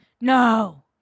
No